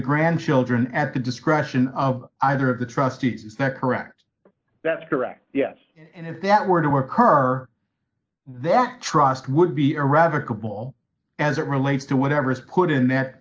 grandchildren at the discretion of either of the trustees not correct that's correct yes and if that were to occur the trust would be irrevocable as it relates to whatever is put in that